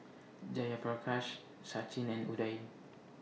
Jayaprakash Sachin and Udai